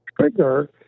trigger